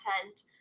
content